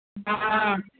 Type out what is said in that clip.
हॅं